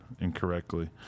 incorrectly